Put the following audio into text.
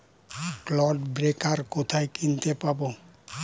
Clod breaker কোথায় কিনতে পাব?